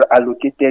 allocated